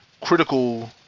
critical